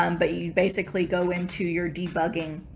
um but you basically go into your debugging,